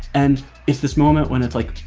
and it's this moment when it's like,